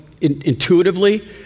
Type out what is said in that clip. intuitively